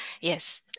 Yes